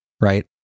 right